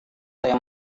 saya